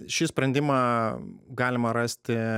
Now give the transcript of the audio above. šį sprendimą galima rasti